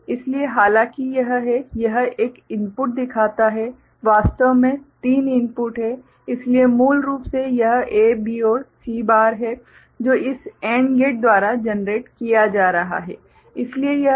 इसलिए हालांकि यह है यह एक इनपुट दिखाता है वास्तव में तीन इनपुट हैं इसलिए मूल रूप से यह A B और C बार है जो इस AND गेट द्वारा जनरेट किया जा रहा है इसलिए यह ABC बार है